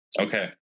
Okay